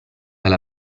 alla